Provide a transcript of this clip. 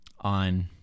on